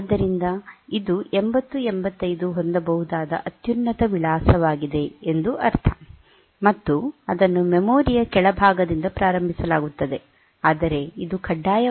ಆದ್ದರಿಂದ ಇದು 8085 ಹೊಂದಬಹುದಾದ ಅತ್ಯುನ್ನತ ವಿಳಾಸವಾಗಿದೆ ಎಂದು ಅರ್ಥ ಮತ್ತು ಅದನ್ನು ಮೆಮೊರಿಯ ಕೆಳಭಾಗದಿಂದ ಪ್ರಾರಂಭಿಸಲಾಗುತ್ತದೆ ಆದರೆ ಇದು ಕಡ್ಡಾಯವಲ್ಲ